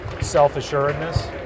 self-assuredness